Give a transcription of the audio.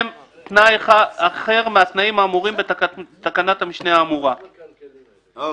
תנאי אחר מהתנאים האמורים בתקנת המשנה האמורה." אוקיי.